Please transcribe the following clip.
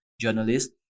journalist